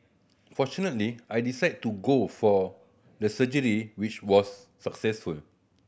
fortunately I decided to go for the surgery which was successful